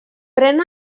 pren